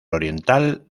oriental